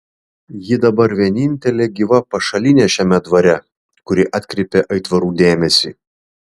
ji dabar vienintelė gyva pašalinė šiame dvare kuri atkreipė aitvarų dėmesį